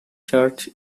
church